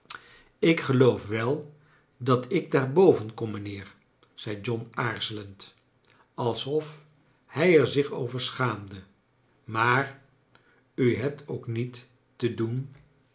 ik geloof wel dat ik daar boven korn mijnheer zei john aarzelend als of hij er zich over schaamde maar u hebt ook niet te doen